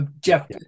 Jeff